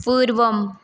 पूर्वम्